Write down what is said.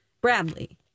Bradley